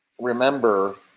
Remember